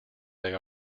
they